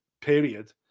period